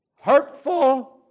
hurtful